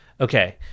okay